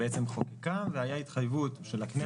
חוקקה והייתה התחייבות של הכנסת.